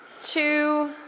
two